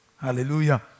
Hallelujah